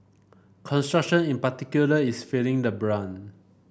construction in particular is feeling the brunt